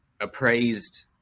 appraised